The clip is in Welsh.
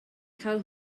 cael